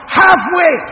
halfway